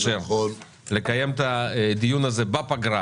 לקיים את הדיון הזה בפגרה